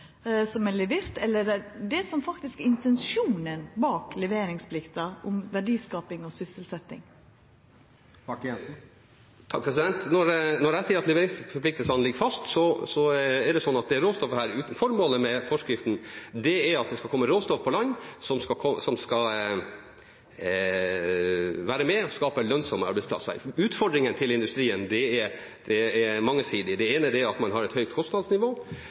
som er levert, eller er det det som faktisk er intensjonen bak leveringsplikta – verdiskaping og sysselsetting? Når jeg sier at leveringsforpliktelsene ligger fast, er det sånn at formålet med forskriften er at det skal komme råstoff på land som skal være med å skape lønnsomme arbeidsplasser. Utfordringene til industrien er mangesidige. Det ene er at man har et høyt kostnadsnivå.